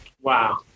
Wow